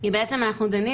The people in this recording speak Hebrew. כי בעצם אנחנו דנים